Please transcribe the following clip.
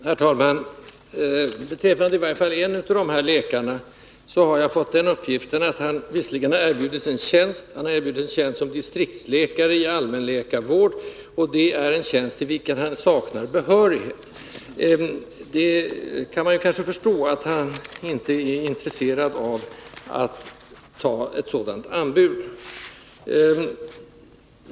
Herr talman! Beträffande i varje fall en av de här läkarna har jag fått den uppgiften att han visserligen erbjudits en tjänst men att det var en tjänst som distriktsläkare i allmänläkarvård, en tjänst till vilken han saknar behörighet. Man kan kanske förstå att han inte är intresserad av att anta ett sådant anbud.